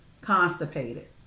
constipated